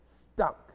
stunk